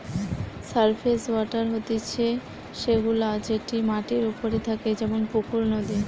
surface water হতিছে সে গুলা যেটি মাটির ওপরে থাকে যেমন পুকুর, নদী